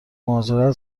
مهاجرت